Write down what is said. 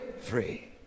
free